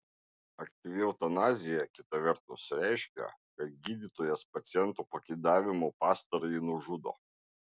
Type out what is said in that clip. aktyvi eutanazija kita vertus reiškia kad gydytojas paciento pageidavimu pastarąjį nužudo